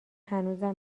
هنوزم